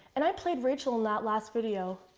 and i played rachel in that last video.